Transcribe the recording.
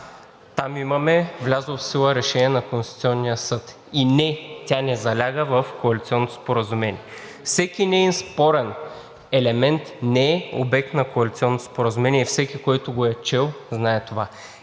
там имаме влязло в сила решение на Конституционния съд. И не, тя не заляга в коалиционното споразумение – всеки неин спорен елемент не е обект на коалиционното споразумение и всеки, който го е чел, знае това,